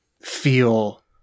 feel